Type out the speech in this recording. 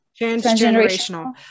transgenerational